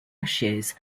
ashes